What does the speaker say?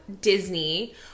Disney